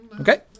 Okay